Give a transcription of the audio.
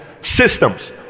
Systems